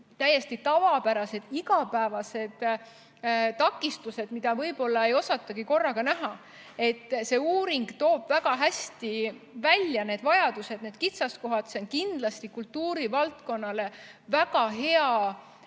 täiesti tavapärased igapäevased takistused, mida võib-olla ei osatagi korraga näha. See uuring toob väga hästi välja need vajadused ja kitsaskohad, nii et see on kindlasti kultuurivaldkonnale väga hea